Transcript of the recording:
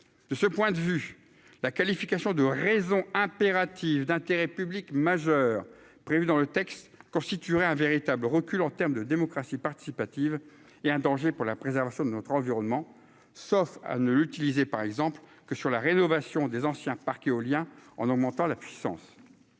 de ce point de vue, la qualification de raisons impératives d'intérêt public majeur prévu dans le texte constituerait un véritable recul en termes de démocratie participative et un danger pour la préservation de notre environnement, sauf à ne l'utiliser par exemple que sur la rénovation des anciens parcs éoliens en augmentant la puissance